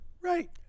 Right